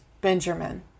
Benjamin